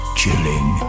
chilling